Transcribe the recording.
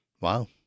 Wow